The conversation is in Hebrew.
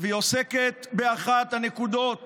היא עוסקת באחת הנקודות